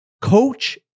coach